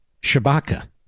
Shabaka